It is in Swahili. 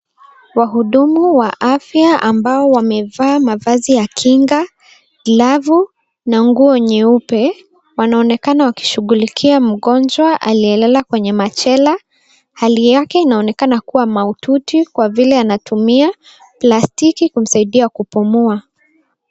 Wahudumu wa afya ambao wamevaa mavazi ya kinga, glovu na nguo nyeupe wanaonekana wakishughulikia mngonjwa aliyelala kwenye machela. Hali yake inaonekana kuwa mahututi kwa vile anatumia plastiki kumsaidia kupumua.